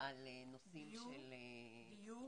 נושאים של --- דיור